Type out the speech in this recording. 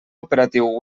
operatiu